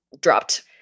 dropped